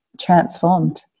transformed